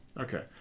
Okay